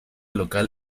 local